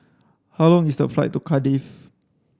how long is the flight to Cardiff